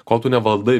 kol tu nevaldai